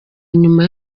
nyuma